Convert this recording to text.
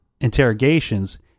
interrogations